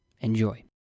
Enjoy